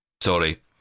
Sorry